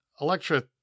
Electra